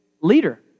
leader